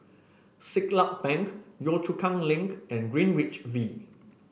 Siglap Bank Yio Chu Kang Link and Greenwich V